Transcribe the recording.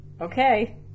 Okay